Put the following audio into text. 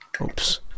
oops